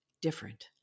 different